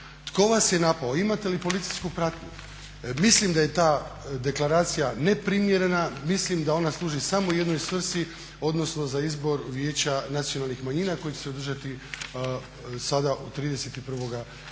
Tko vas je napao? Imate li policijsku pratnju? Mislim da je ta deklaracija neprimjerena, mislim da ona služi samo jednoj svrsi, odnosno za izbor Vijeća nacionalnih manjina koji će se održati sada 31. svibnja,